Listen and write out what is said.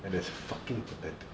and it's fucking pathetic